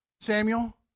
Samuel